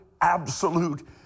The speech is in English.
absolute